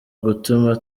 gutuma